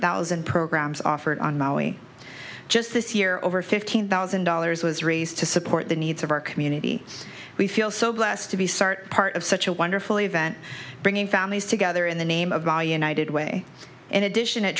thousand programs offered on molly just this year over fifteen thousand dollars was raised to support the needs of our community we feel so blessed to be sort part of such a wonderful event bringing families together in the name of the united way in addition it